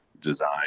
design